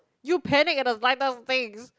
you panic at the slightest things